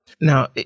Now